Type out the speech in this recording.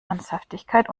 ernsthaftigkeit